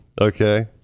Okay